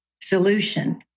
solution